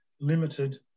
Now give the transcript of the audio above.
limited